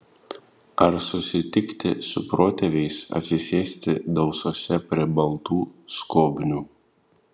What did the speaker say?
ar susitikti su protėviais atsisėsti dausose prie baltų skobnių